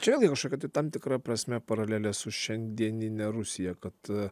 čia vėlgi kažkokia tai tam tikra prasme paralelė su šiandienine rusija kad